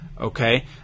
okay